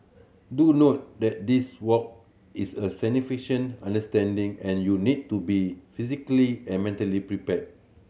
do note that this walk is a undertaking and you need to be physically and mentally prepared